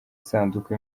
isanduku